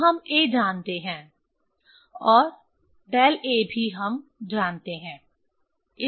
तो हम a जानते हैं और डेल a भी हम जानते हैं